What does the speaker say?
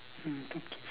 mm two kids